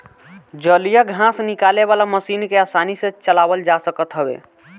जलीय घास निकाले वाला मशीन के आसानी से चलावल जा सकत हवे